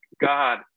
God